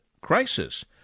crisis